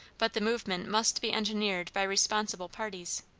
but the movement must be engineered by responsible parties.